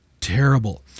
terrible